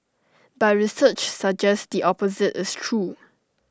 but research suggests the opposite is true